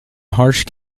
harsh